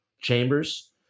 chambers